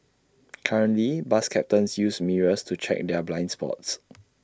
currently bus captains use mirrors to check their blind spots